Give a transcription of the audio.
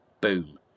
Boom